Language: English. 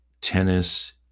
tennis